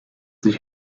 sich